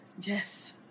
Yes